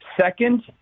Second